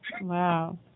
Wow